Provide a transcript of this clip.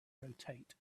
rotate